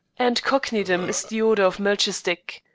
and cockneydom is the order of melchisedek.